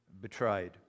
betrayed